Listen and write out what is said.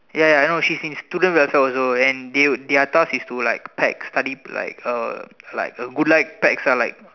ya ya ya I know she's in student welfare also and they would their task is to like pack study like uh like uh good luck packs ah like